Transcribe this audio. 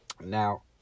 Now